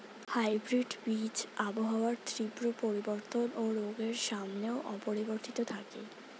hybrid বীজ আবহাওয়ার তীব্র পরিবর্তন ও রোগের সামনেও অপরিবর্তিত থাকে